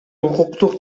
укуктук